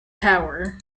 power